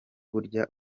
burya